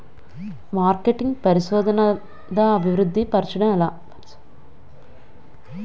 marketing పరిశోధనదా అభివృద్ధి పరచడం ఎలా